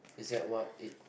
is that what it